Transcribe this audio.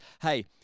hey